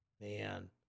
Man